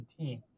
2017